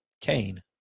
Cain